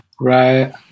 Right